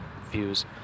views